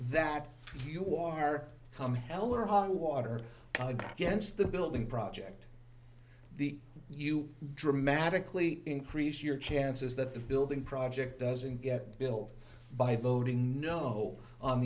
that you are come hell or highwater against the building project the you dramatically increase your chances that the building project doesn't get built by voting no on